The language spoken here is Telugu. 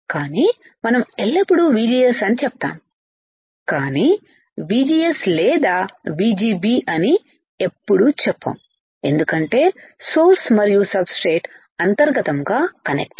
కానీ మనం ఎల్లప్పుడూ VGS అని చెప్తాము కానీ VGSSలేదా VGBఅని ఎప్పుడూ చెప్పంఎందుకంటే సోర్స్ మరియు సబ్ స్ట్రేట్ అంతర్గతంగా కనెక్టెడ్